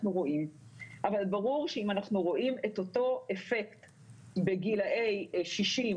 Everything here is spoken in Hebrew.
רואים אבל ברור שאם אנחנו רואים את אותו אפקט בגילי 60,